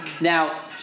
Now